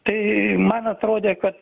tai man atrodė kad